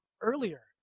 earlier